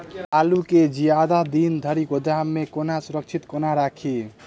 आलु केँ जियादा दिन धरि गोदाम मे कोना सुरक्षित कोना राखि?